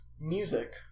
Music